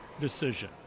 decision